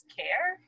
care